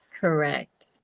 correct